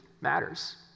matters